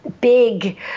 big